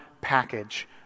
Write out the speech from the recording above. package